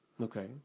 Okay